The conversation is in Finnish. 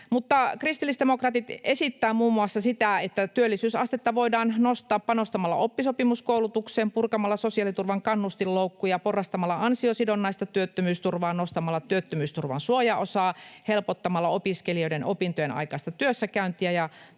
kristillisdemokraatit esittävät muun muassa, että työllisyysastetta voidaan nostaa panostamalla oppisopimuskoulutukseen, purkamalla sosiaaliturvan kannustinloukkuja, porrastamalla ansiosidonnaista työttömyysturvaa, nostamalla työttömyysturvan suojaosaa, helpottamalla opiskelijoiden opintojenaikaista työssäkäyntiä ja